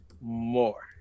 more